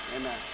amen